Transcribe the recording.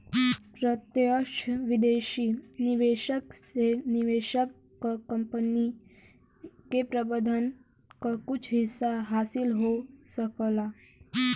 प्रत्यक्ष विदेशी निवेश से निवेशक क कंपनी के प्रबंधन क कुछ हिस्सा हासिल हो सकला